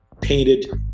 painted